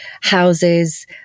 houses